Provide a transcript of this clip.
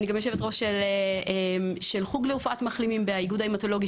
אני גם יושבת ראש של חוג לרפואת מחלימים באיגוד ההמטולוגי,